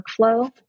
workflow